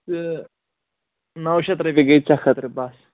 تہٕ نَو شیٚتھ رۄپیہِ گٔے ژےٚ خٲطرٕ بَس